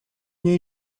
мне